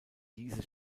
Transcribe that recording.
diese